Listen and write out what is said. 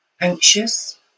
anxious